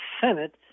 Senate